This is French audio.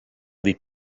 des